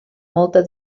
molta